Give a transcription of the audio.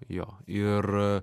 jo ir